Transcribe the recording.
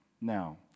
Now